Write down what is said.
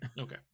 okay